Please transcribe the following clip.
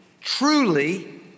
truly